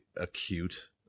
acute